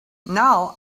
now